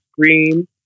green